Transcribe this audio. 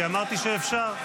כי אמרתי שאפשר.